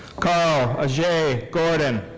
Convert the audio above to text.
karl ajay gordon.